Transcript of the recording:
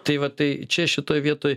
tai va tai čia šitoj vietoj